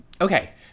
Okay